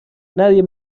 nadie